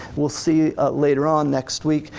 we'll see later on next week,